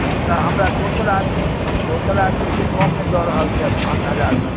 नहि तऽ हमरा दोसर आदमी दोसर आदमी अइ से कममे दऽ रहल छथि पाँच हजारमे